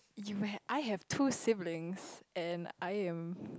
you had I have two siblings and I am